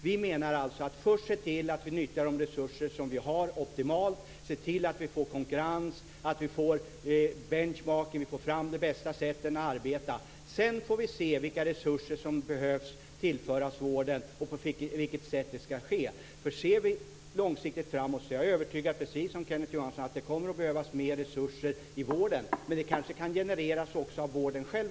Vi menar att vi först måste se till att vi optimalt utnyttjar de resurser vi har, ser till att vi får konkurrens, får benchmarking, och får fram de bästa sätten att arbeta. Sedan får vi se vilka resurser som behöver tillföras vården och på vilket sätt det ska ske. Om vi ser långsiktigt framåt är jag, precis som Kenneth Johansson, övertygad om att det kommer att behövas mer resurser i vården, men de kanske kan genereras av vården själv.